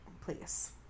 Please